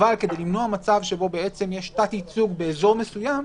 אבל כדי למנוע מצב שבו יש תת-ייצוג באזור מסוים,